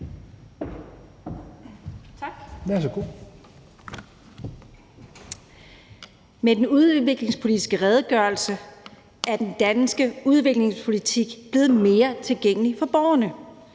Med den udviklingspolitiske redegørelse er den danske udviklingspolitik blevet mere tilgængelig for borgerne.